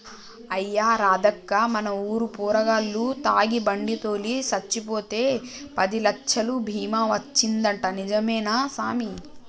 అయ్యా రాదక్కా మన ఊరు పోరగాల్లు తాగి బండి తోలి సచ్చిపోతే పదిలచ్చలు బీమా వచ్చిందంటా నిజమే సామి